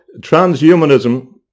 transhumanism